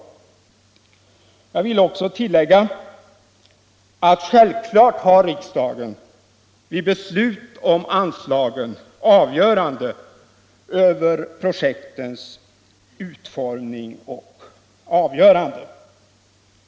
Jag vill också tillägga att riksdagen vid beslut om anslagen självfallet har avgörandet över projektens utformning och utseende.